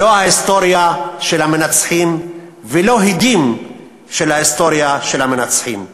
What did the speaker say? לא את ההיסטוריה של המנצחים ולא הדים של ההיסטוריה של המנצחים.